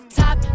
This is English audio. top